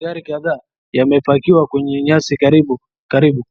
Magari yamepakiwa kwenye nyasi karibu, karibu